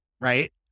right